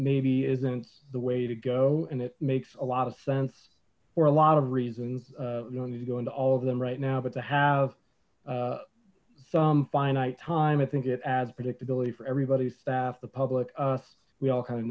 maybe isn't the way to go and it makes a lot of sense for a lot of reasons no need to go into all of them right now but to have some finite time i think it adds predictability for everybody's staff the public us we all kind of